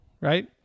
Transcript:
right